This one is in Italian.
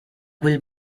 quel